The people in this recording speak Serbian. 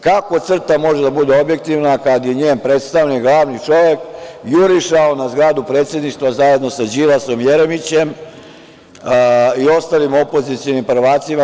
Kako CRTA može da bude objektivna kad je njen predstavnik, glavni čovek jurišao na zgradu Predsedništva zajedno sa Đilasom i Jeremićem i ostalim opozicionim prvacima?